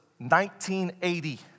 1980